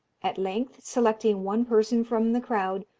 at length, selecting one person from the crowd,